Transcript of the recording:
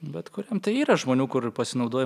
bet kuriam tai yra žmonių kur pasinaudoja